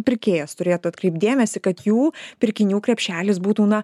pirkėjas turėtų atkreipt dėmesį kad jų pirkinių krepšelis būtų na